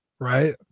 Right